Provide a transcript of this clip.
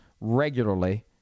regularly